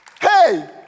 Hey